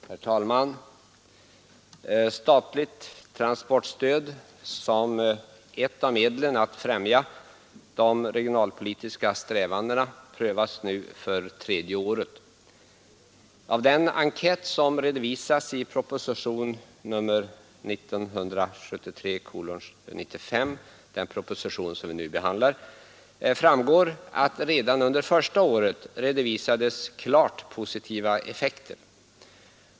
Herr talman! Statligt transportstöd som ett av medlen att främja de regionalpolitiska strävandena prövas nu för tredje året. Av den enkät som redovisas i proposition nr 95 — den proposition som vi nu behandlar — framgår att redan under första året konstaterades klart positiva effekter.